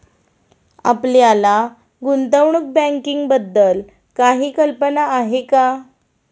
आपल्याला गुंतवणूक बँकिंगबद्दल काही कल्पना आहे का?